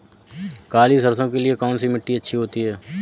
काली सरसो के लिए कौन सी मिट्टी अच्छी होती है?